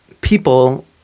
people